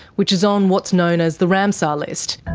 which is on what's known as the ramsar list.